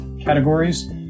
categories